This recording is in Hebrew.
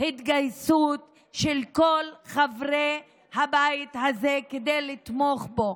התגייסות של כל חברי הבית הזה לתמוך בו.